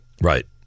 Right